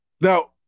now